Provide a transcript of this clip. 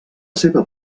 seva